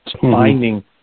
finding